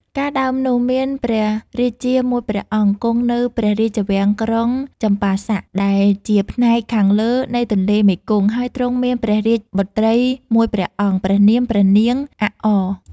កាលដើមនោះ មានព្រះរាជាមួយព្រះអង្គ គង់នៅព្រះរាជវាំងក្រុងចម្ប៉ាស័ក ដែលជាផ្នែកខាងលើ នៃទន្លេមេគង្គ ហើយទ្រង់មានព្រះរាជបុត្រីមួយព្រះអង្គ ព្រះនាមព្រះនាង "អាក់អ"។